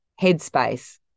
headspace